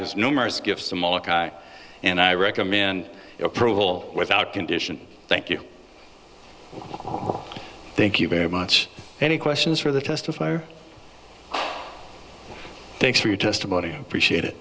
his numerous gifts to molokai and i recommend approval without condition thank you thank you very much any questions for the testifier thanks for your testimony appreciate